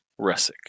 Resic